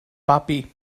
babi